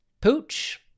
Pooch